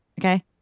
okay